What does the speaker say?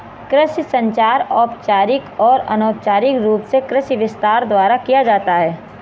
कृषि संचार औपचारिक और अनौपचारिक रूप से कृषि विस्तार द्वारा किया जाता है